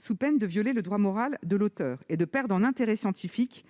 sous peine de violer le droit moral de l'auteur et de perdre en intérêt scientifique